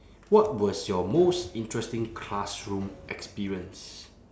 what was your most interesting classroom experience